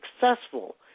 successful